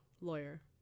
lawyer